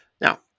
Now